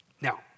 now